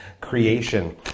Creation